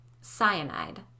Cyanide